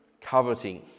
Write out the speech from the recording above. coveting